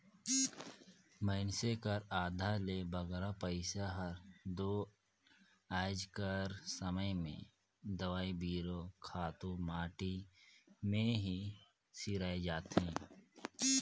मइनसे कर आधा ले बगरा पइसा हर दो आएज कर समे में दवई बीरो, खातू माटी में ही सिराए जाथे